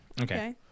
Okay